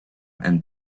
and